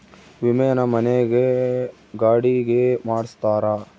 ವಿಮೆನ ಮನೆ ಗೆ ಗಾಡಿ ಗೆ ಮಾಡ್ಸ್ತಾರ